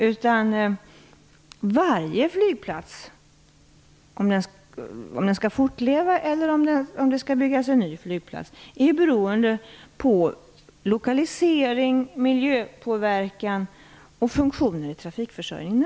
Om en flygplats skall fortleva eller om det skall byggas en ny är beroende av lokalisering, miljöpåverkan och funktioner i trafikförsörjningen.